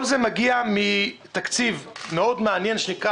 כל זה מגיע מתקציב מאוד מעניין שנקרא